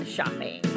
Shopping